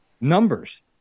numbers